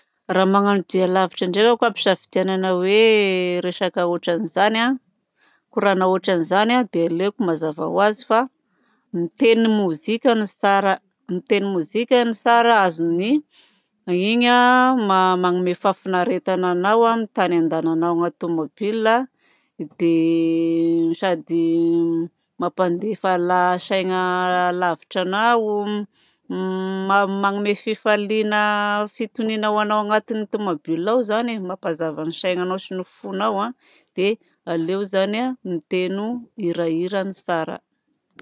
Raha magnano dia lavitra ndray aho koa ampisafidianina hoe resaka resaka ohatran'izany koràna ohatran'izany dia aleoko mazava ho azy fa miteno mozikano tsara miteno mozika no tsara. Azony iny manome fahafinaretana anao amin'ny tany andehananao agnaty tomobilina dia sady mampandefa saina lavitra anao magnome fifalina fitoniana ho anao anaty tomobilina ao zany e mampazava ny saignanao sy ny fonao zany e dia aleo zany a mateno hirahira no tsara.